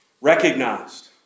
recognized